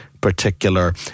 particular